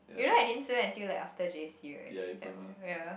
you know right I didn't say that until like after j_c right